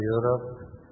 Europe